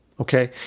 okay